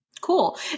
Cool